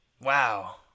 wow